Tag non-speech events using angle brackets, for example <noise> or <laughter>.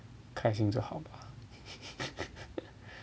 开心就好吧 <laughs>